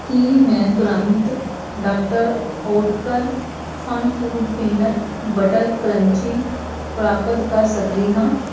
ਕੀ ਮੈਂ ਤੁਰੰਤ doctor Oetker fun foods peanut butter crunchy ਪ੍ਰਾਪਤ ਕਰ ਸਕਦੀ ਹਾਂ